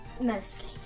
mostly